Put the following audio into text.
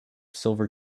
silver